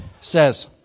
says